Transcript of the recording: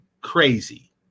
crazy